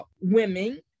women